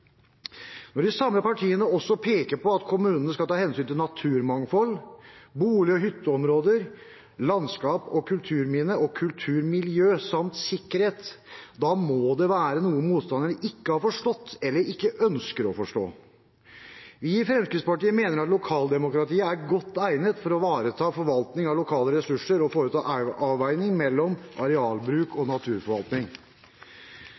Når de samme partiene også peker på at kommunene skal ta hensyn til naturmangfold, bolig- og hytteområder, landskap, kulturminner og kulturmiljø samt sikkerhet, da må det være noe motstanderne ikke har forstått, eller ikke ønsker å forstå. Vi i Fremskrittspartiet mener at lokaldemokratiet er godt egnet til å ivareta forvaltning av lokale ressurser og foreta avveininger mellom arealbruk og naturforvaltning.